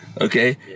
Okay